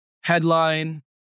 headline